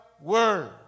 word